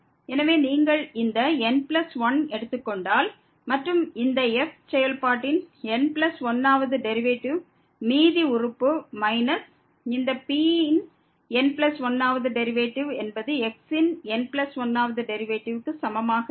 எனவே நீங்கள் இந்த n1 ஐஎடுத்துக்கொண்டால் மற்றும் இந்த f செயல்பாட்டின் n1 வது டெரிவேட்டிவ் மீதி உறுப்பு மைனஸ் இந்த p ன் n1 வது டெரிவேட்டிவ் என்பது x ன் n1 வது டெரிவேட்டிவ்க்கு சமமாக இருக்கும்